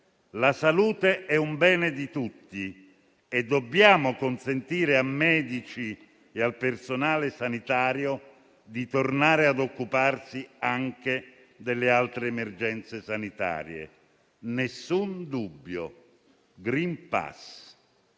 La salute è un bene di tutti e dobbiamo consentire ai medici e al personale sanitario di tornare a occuparsi anche delle altre emergenze sanitarie. Nessun dubbio: *green pass*.